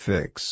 Fix